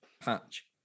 Patch